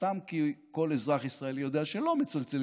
סתם כי כל אזרח ישראלי יודע שלא מצלצלים